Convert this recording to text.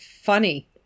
funny